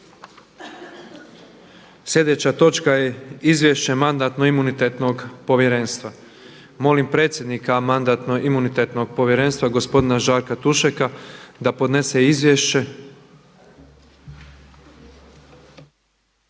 Na redu je izvješće Mandatno-imunitetnog povjerenstva. Molim predsjednika Mandatno-imunitetnog povjerenstva gospodina Žarka Tušeka da podnese izvješće.